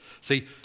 See